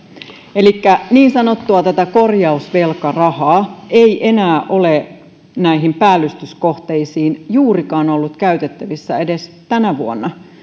elikkä tätä niin sanottua korjausvelkarahaa ei enää ole näihin päällystyskohteisiin juurikaan ollut käytettävissä edes tänä vuonna